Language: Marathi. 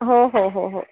हो हो हो हो